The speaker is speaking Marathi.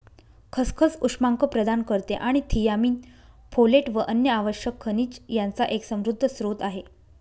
खसखस उष्मांक प्रदान करते आणि थियामीन, फोलेट व अन्य आवश्यक खनिज यांचा एक समृद्ध स्त्रोत आहे